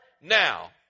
now